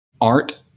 art